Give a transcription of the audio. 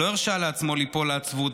לא הרשה לעצמו ליפול לעצבות,